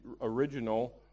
original